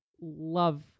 love